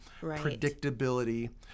predictability